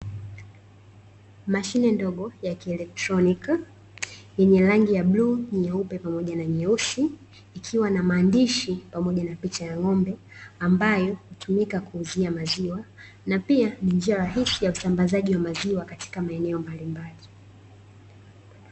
Mashine ndogo ya kielektroniki yenye rangi ya blue, nyeupe pamoja na nyeusi ikiwa na maandishi pamoja na picha ya ng'ombe ambayo hutumika kuuzia maziwa na pia ni njia rahisi ya usambazaji wa maziwa katika maeneo mbalimbali .